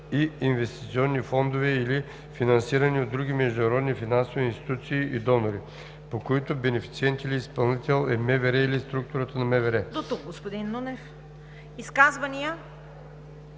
и инвестиционни фондове или финансирани от други международни финансови институции и донори, по които бенефициент или изпълнител е МВР или структура на МВР.“ ПРЕДСЕДАТЕЛ ЦВЕТА КАРАЯНЧЕВА: Изказвания?